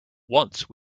once